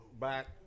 back